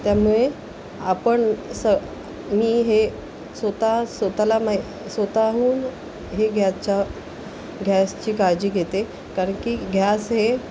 त्यामुळे आपण सी हे स्वता स्वताला मा स्वतः हे गॅसच्या घ्यासची काळजी घेते कारण की गॅस हे